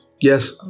Yes